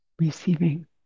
receiving